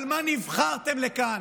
על מה נבחרתם לכאן?